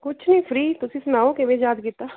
ਕੁਛ ਨਹੀਂ ਫਰੀ ਤੁਸੀਂ ਸੁਣਾਓ ਕਿਵੇਂ ਯਾਦ ਕੀਤਾ